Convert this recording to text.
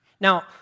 Now